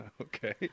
Okay